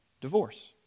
divorce